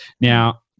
Now